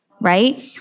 right